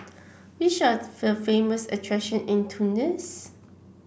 which are the famous attraction in Tunis